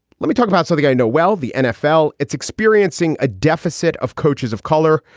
let me talk about something i know well, the nfl, it's experiencing a deficit of coaches of color.